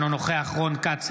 אינו נוכח רון כץ,